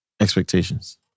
Expectations